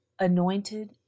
anointed